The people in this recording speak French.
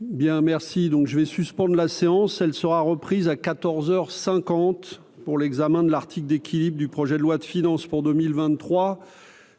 Bien, merci, donc je vais suspendre la séance, elle sera reprise à 14 heures 50 pour l'examen de l'article d'équilibre du projet de loi de finances pour 2023